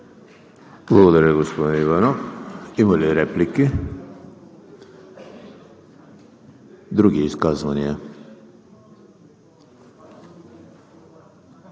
Благодаря, господин Иванов. Има ли реплики? Други изказвания?